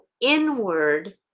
inward